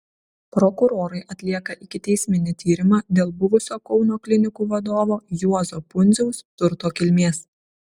prokurorai atlieka ikiteisminį tyrimą dėl buvusio kauno klinikų vadovo juozo pundziaus turto kilmės